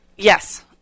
Yes